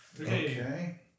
Okay